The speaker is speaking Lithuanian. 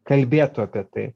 kalbėtų apie tai